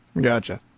Gotcha